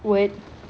with